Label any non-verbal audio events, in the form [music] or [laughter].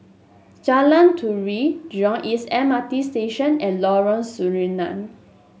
Jalan Turi Jurong East M R T Station and Lorong [unintelligible]